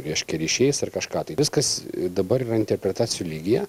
reiškia ryšiais ar kažką tai viskas dabar yra interpretacijų lygyje